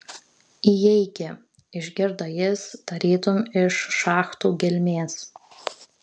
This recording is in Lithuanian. įeiki išgirdo jis tarytum iš šachtų gelmės